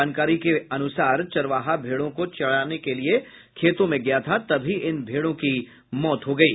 जानकारी के अनुसार चरवाहा भेड़ों को चराने के लिये खेतों में गया था तभी इन भेड़ों की मौत हो गयी